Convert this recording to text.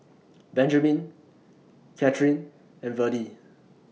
Benjamin Kathyrn and Verdie